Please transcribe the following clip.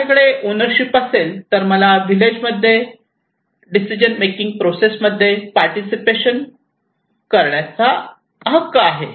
माझ्याकडे ओनरशिप असेल तर मला व्हिलेज मधील डिसिजन मेकिंग प्रोसेस मध्ये पार्टिसिपेशन करण्याचा हक्क आहे